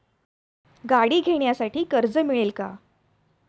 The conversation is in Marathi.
गाडी घेण्यासाठी कर्ज मिळेल का?